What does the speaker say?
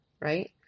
right